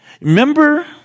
Remember